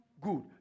good